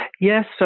Yes